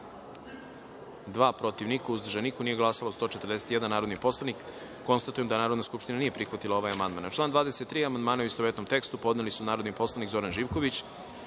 protiv – niko, uzdržanih – nema, nije glasalo 139 narodnih poslanika. Konstatujem da Narodna skupština nije prihvatila ovaj amandman. Na član 30. amandmane, u istovetnom tekstu, podneli su narodni poslanik Zoran Živković,